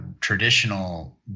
traditional